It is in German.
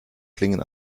klingen